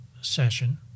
session